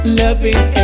loving